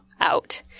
out